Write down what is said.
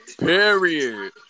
Period